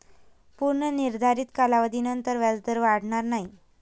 पूर्व निर्धारित कालावधीनंतर व्याजदर वाढणार नाही